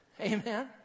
Amen